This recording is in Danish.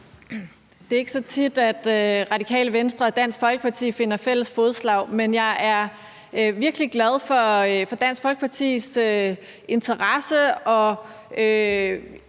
Det er ikke så tit, at Radikale Venstre og Dansk Folkeparti finder fælles fodslag, men jeg er virkelig glad for Dansk Folkepartis interesse og